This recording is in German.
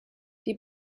die